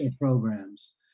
programs